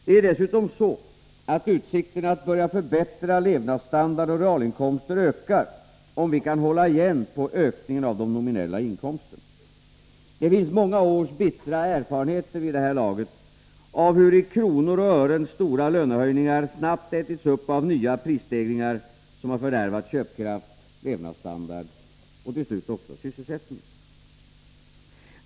Det är dessutom så, att utsikterna att börja förbättra levnadsstandard och realinkomster ökar, om vi kan hålla igen på ökningen av de nominella inkomsterna. Det finns vid det här laget många års bittra erfarenheter av hur i kronor och ören stora lönehöjningar snabbt ätits upp av nya prisstegringar, som fördärvat köpkraft och levnadsstandard och till slut också sysselsättningen.